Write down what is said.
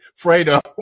Fredo